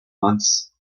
months